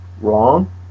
wrong